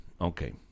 Okay